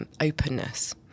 openness